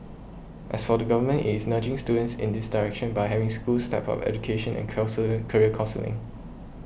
as for the Government it is nudging students in this direction by having schools step up education and career counselling